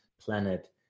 planet